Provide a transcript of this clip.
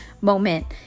moment